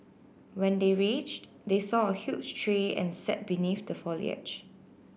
when they reached they saw a huge tree and sat beneath the foliage